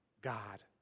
God